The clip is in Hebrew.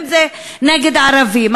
אם זה נגד הערבים,